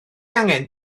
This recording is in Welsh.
angen